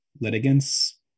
litigants